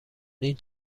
این